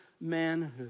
manhood